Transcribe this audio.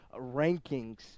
rankings